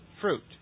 fruit